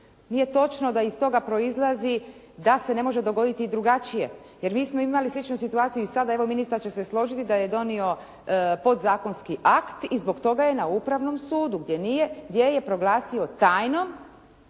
Nije točno da iz toga proizlazi da se ne može dogoditi drugačije, jer mi smo imali, sjećam se situacije i sada, evo ministar će se složiti da je donio podzakonski akt i zbog toga je na Upravnom sudu gdje nije, gdje je proglasio tajnom,